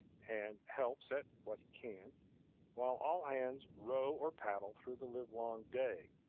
and helps at what he can while all hands row or paddle through the livelong day,